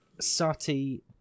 Sati